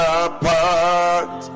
apart